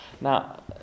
Now